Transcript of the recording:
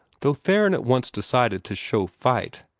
though theron at once decided to show fight,